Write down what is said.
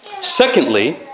Secondly